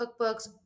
cookbooks